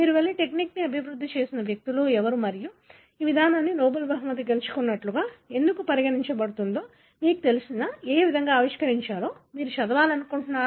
మీరు వెళ్లి టెక్నిక్ను అభివృద్ధి చేసిన వ్యక్తులు ఎవరు మరియు ఈ విధానం నోబెల్ బహుమతి గెలుచుకున్నదిగా ఎందుకు పరిగణించబడుతుందో మీకు తెలిసిన ఏ విధంగా ఆవిష్కరించారో మీరు చదవాలనుకుంటున్నారా